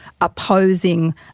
opposing